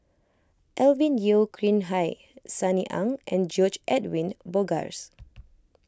Alvin Yeo Khirn Hai Sunny Ang and George Edwin Bogaars